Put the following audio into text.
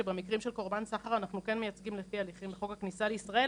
שבמקרים של קורבן סחר אנחנו כן מייצגים בהליכים לפי חוק הכניסה לישראל,